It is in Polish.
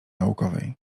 naukowej